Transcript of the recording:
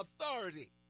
authority